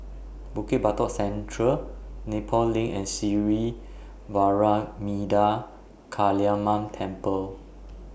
Bukit Batok Central Nepal LINK and Sri Vairavimada Kaliamman Temple